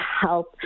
help